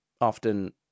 often